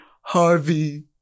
Harvey